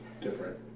different